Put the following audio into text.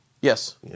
Yes